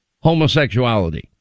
homosexuality